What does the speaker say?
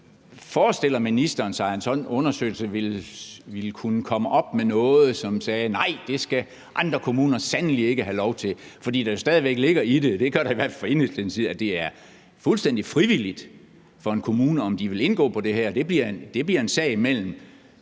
Men forestiller ministeren sig, at sådan en undersøgelse ville kunne komme op med noget, hvor man sagde: Nej, det skal andre kommuner sandelig ikke have lov til? For der ligger jo stadig væk i det – det gør der i hvert fald fra Enhedslistens side – at det er fuldstændig frivilligt for en kommune, om den vil indgå i det her. Det bliver en sag mellem